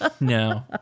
No